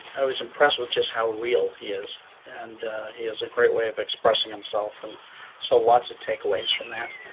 i was impressed with just how real he is and he is a great way of expressing himself and so lots of takeaways from that.